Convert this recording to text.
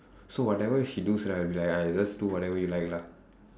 so whatever she does right I'll be like !hais! you just do whatever you like lah